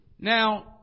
Now